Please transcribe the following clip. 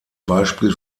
beispiel